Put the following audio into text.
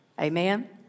Amen